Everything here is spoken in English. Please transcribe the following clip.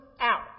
out